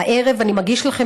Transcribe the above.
הערב אני מגיש לכם,